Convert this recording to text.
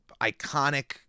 iconic